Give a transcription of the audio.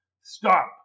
Stop